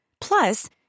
Plus